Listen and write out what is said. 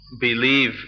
believe